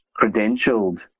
credentialed